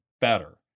better